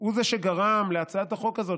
הוא שגרם להצעת החוק הזאת,